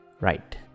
Right